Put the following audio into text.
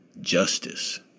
justice